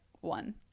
one